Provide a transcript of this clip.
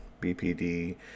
BPD